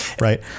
right